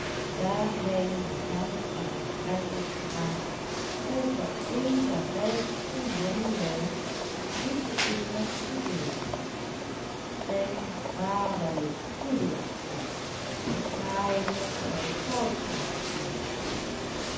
daar hij met hem in gesprek was geraakt over een der rijkste jongelui die te utrecht studeerden zijn vader heet goedelaken maar hij mocht wel goudlaken heeten